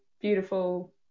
beautiful